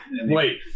Wait